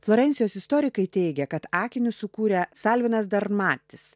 florencijos istorikai teigia kad akinius sukūrė salvinas darmatis